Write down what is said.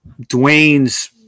Dwayne's